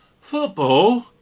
Football